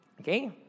okay